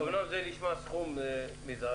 אמנם זה נשמע סכום מזערי